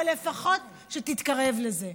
אבל לפחות שתתקרב לזה.